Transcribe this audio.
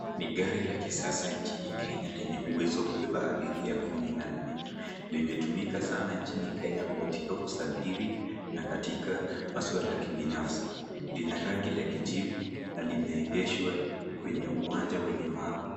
Ni gari la kisasa nchini Kenya lenye uwezo wa kubeba abiria kumi na nne. Limetumika sana nchini Kenya katika usafiri na katika masuala ya kibinafsi. Lina rangi la kijivu na limeegeshwa kwenye uwanja wenye mawe.